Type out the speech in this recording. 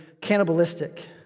cannibalistic